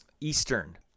Eastern